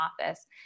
office